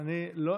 היה לא תהיה.